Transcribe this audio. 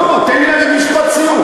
לא, תן לי להגיד משפט סיום.